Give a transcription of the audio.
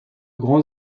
grands